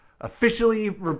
officially